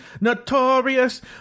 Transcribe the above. notorious